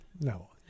No